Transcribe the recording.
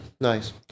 nice